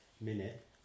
minute